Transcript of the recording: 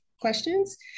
questions